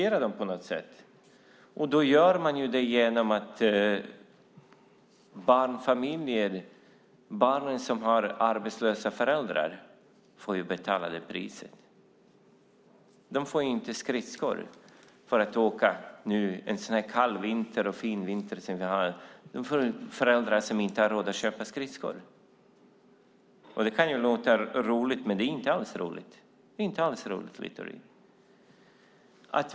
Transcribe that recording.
Då gör man det genom att barnen som har arbetslösa föräldrar får betala priset. De får inte skridskor att åka med en sådan här kall och fin vinter som vi har. Deras föräldrar har inte råd att köpa skridskor. Det kan låta roligt, men det är inte alls roligt, Littorin.